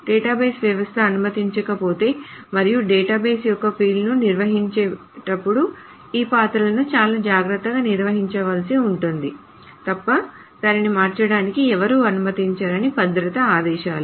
database వ్యవస్థ అనుమతించకపోతే మరియు డేటాబేస్ యొక్క ఫీల్డ్లను నిర్వచించేటప్పుడు ఈ పాత్రలను చాలా జాగ్రత్తగా నిర్వచించవలసి ఉంటుంది తప్ప దానిని మార్చడానికి ఎవరూ అనుమతించరని భద్రతా ఆదేశాలు